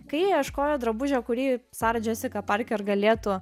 kai ieškojo drabužio kurį sara džesika parker galėtų